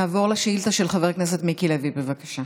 נעבור לשאילתה של חבר הכנסת מיקי לוי, בבקשה.